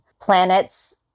Planets